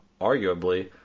arguably